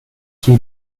kay